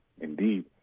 Indeed